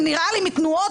אם נראה לי מתנועות,